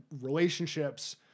relationships